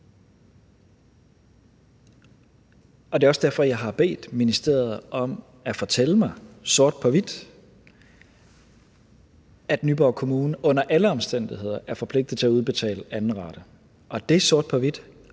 Det er også derfor, jeg har bedt ministeriet om at fortælle mig sort på hvidt, at Nyborg Kommune under alle omstændigheder er forpligtet til at udbetale anden rate. Det svar har